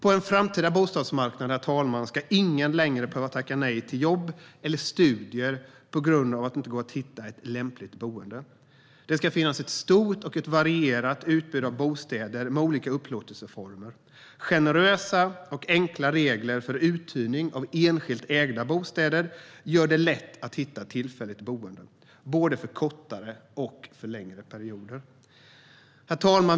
På en framtida bostadsmarknad ska ingen längre behöva tacka nej till jobb eller studier på grund av att det inte går att hitta lämpligt boende. Det finns ett stort och varierat utbud av bostäder med olika upplåtelseformer. Generösa och enkla regler för uthyrning av enskilt ägda bostäder gör det lätt att hitta tillfälligt boende både för kortare och längre perioder. Herr talman!